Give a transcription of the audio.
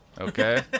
okay